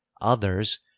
others